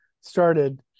started